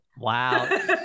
Wow